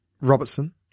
Robertson